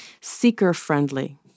Seeker-friendly